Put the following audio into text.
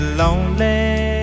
lonely